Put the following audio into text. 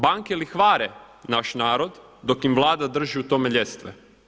Banke lihvare naš narod dok im Vlada drži u tome ljestve.